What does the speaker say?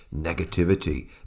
negativity